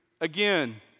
again